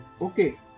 okay